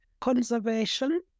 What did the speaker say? conservation